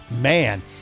Man